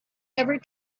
ever